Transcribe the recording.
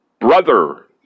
Brother